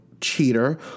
cheater